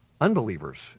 unbelievers